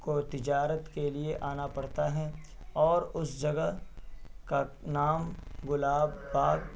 کو تجارت کے لیے آنا پڑتا ہے اور اس جگہ کا نام گلاب باغ